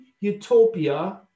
utopia